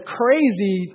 crazy